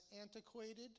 antiquated